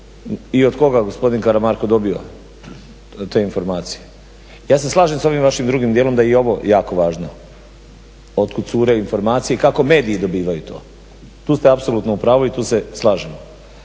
i od koga gospodin Karamarko dobio te informacije, ja se slažem s ovim vašim drugim dijelom da je i ovo jako važno otkud cure informacije i kako mediji dobivaju to. Tu ste apsolutno u pravu, i tu se slažemo.